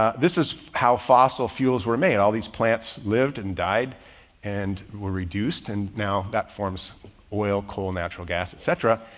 ah this is how fossil fuels were made. all these plants lived and died and were reduced, and now that forms oil, coal, natural gas, etc.